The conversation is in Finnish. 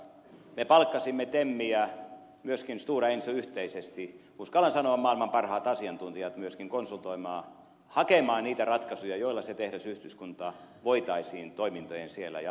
me palkkasimme temmi ja myöskin stora enso yhteisesti uskallan sanoa maailman parhaat asiantuntijat konsultoimaan hakemaan niitä ratkaisuja joilla voitaisiin sen tehdasyhdyskunnan toimintojen jatkuminen turvata